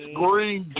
green